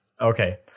Okay